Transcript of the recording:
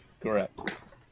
correct